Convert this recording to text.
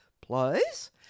plus